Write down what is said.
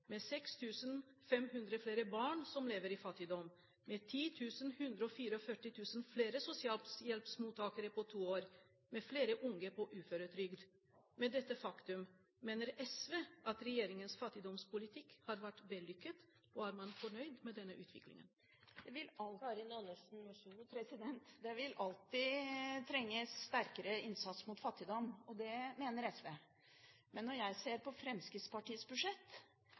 Med det faktum at 6 500 flere barn lever i fattigdom, at vi har fått 10 144 flere sosialhjelpsmottakere på to år og med flere unge på uføretrygd, mener SV at regjeringens fattigdomspolitikk har vært vellykket? Og: Er man fornøyd med denne utviklingen? Det vil alltid trenges sterkere innsats mot fattigdom. Det mener SV. Men når jeg ser på Fremskrittspartiets budsjett,